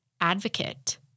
advocate